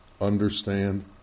understand